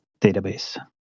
database